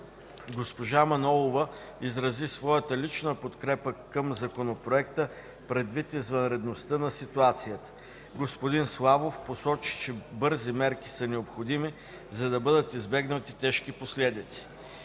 Госпожа Манолова изрази своята лична подкрепа към Законопроекта предвид извънредността на ситуацията. Господин Славов посочи, че бързи мерки са необходими, за да бъдат избегнати тежки последици.